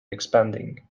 expanding